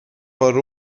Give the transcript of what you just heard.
par